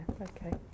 Okay